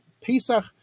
Pesach